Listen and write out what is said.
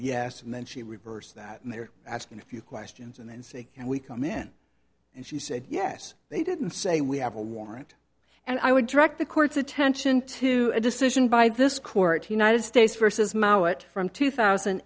yes and then she reverse that and they're asking a few questions and then see when we come in and she said yes they didn't say we have a warrant and i would direct the court's attention to a decision by this court united states versus mouat from two thousand